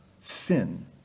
sin